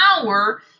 power